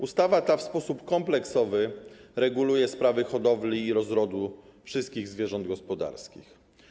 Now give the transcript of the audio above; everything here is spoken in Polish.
Ustawa ta w sposób kompleksowy reguluje sprawy hodowli i rozrodu wszystkich zwierząt gospodarskich.